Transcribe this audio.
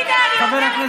יש לנו רוב,